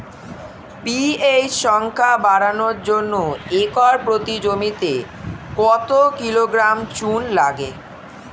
PH সংখ্যা বাড়ানোর জন্য একর প্রতি জমিতে কত কিলোগ্রাম চুন লাগে?